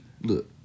Look